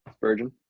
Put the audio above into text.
virgin